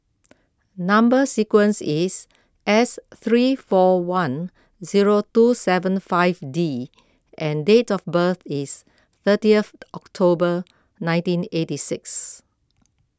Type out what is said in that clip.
Number Sequence is S three four one zero two seven five D and date of birth is thirtieth October nineteen eighty six